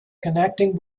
connecting